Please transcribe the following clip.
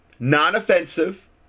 non-offensive